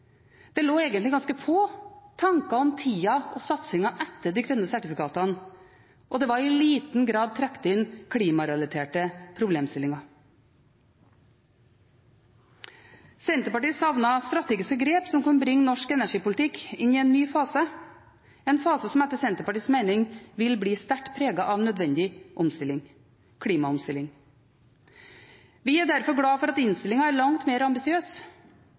det er egentlig ganske få tanker om tida og satsingen etter de grønne sertifikatene, og det er i liten grad trukket inn klimarelaterte problemstillinger. Senterpartiet savner strategiske grep som kunne bringe norsk energipolitikk inn i en ny fase, en fase som etter Senterpartiets mening vil bli sterkt preget av nødvendig klimaomstilling. Vi er derfor glade for at innstillingen er langt mer ambisiøs